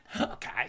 Okay